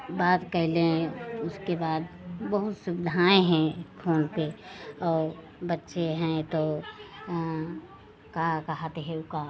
बात कर लें उसके बाद बहुत सुविधाएँ हैं फोन पर और बच्चे हैं तो क्या कहते है ऊका